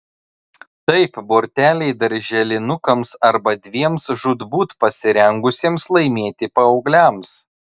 taip borteliai darželinukams arba dviem žūtbūt pasirengusiems laimėti paaugliams